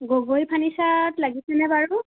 গগৈ ফাৰ্নিচাৰত লাগিছেনে বাৰু